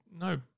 no